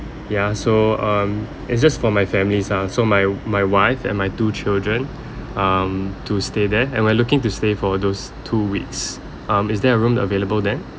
ya so um it's just for my families ah so my my wife and my two children um to stay there and we're looking to stay for those two weeks um is there a room available then